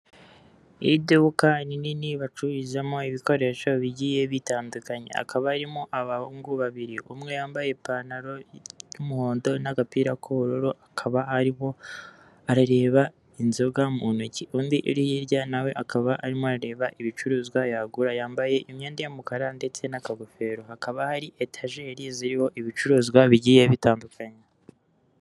Umukobwa w'irabura wambaye ishati y'umweru, uteruye ijage nk'igikoresho bifashisha babuganiza amata cyangwa se basuka amata ndetse akaba afite igikoresho mu kuboko kw'iburyo, imbere ye hakaba hari indobo bashyiramo amata ndetse n'indi jage iteretse ku meza n'ikayi ndetse nyuma ye hakaba hari igikoresho bifashisha babika amata nka firigo.